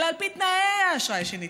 אלא על פי תנאי האשראי שניתנים,